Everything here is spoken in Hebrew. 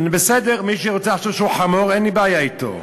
בסדר, מי שרוצה לחשוב שהוא חמור, אין לי בעיה אתו.